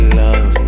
love